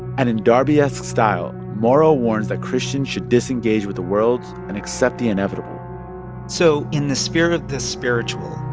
and in darby-esque style, mauro warns that christians should disengage with the world and accept the inevitable so in the spirit of the spiritual,